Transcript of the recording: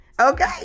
okay